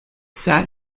sat